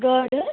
گاڈٕ